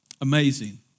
amazing